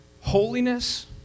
holiness